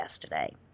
today